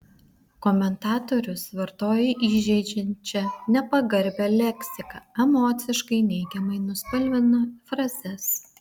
komentatorius vartoja įžeidžiančią nepagarbią leksiką emociškai neigiamai nuspalvina frazes